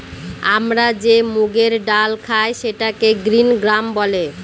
আমরা যে মুগের ডাল খায় সেটাকে গ্রিন গ্রাম বলে